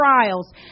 trials